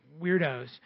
weirdos